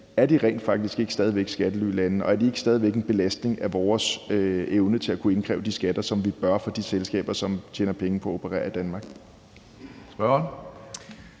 om de rent faktisk ikke stadig væk er skattelylande, og om de ikke stadig væk udgør en belastning i forhold til vores evne til at kunne indkræve de skatter, som vi bør, for de selskaber, som tjener penge på at operere i Danmark.